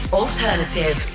alternative